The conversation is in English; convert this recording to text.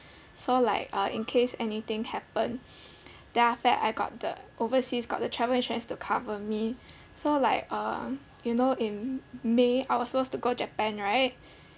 so like uh in case anything happen then after that I got the overseas got the travel insurance to cover me so like uh you know in may I was supposed to go japan right